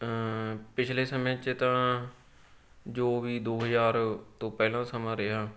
ਪਿਛਲੇ ਸਮੇਂ 'ਚ ਤਾਂ ਜੋ ਵੀ ਦੋ ਹਜ਼ਾਰ ਤੋਂ ਪਹਿਲਾਂ ਸਮਾਂ ਰਿਹਾ